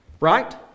right